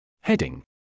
Heading